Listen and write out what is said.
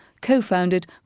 co-founded